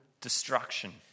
destruction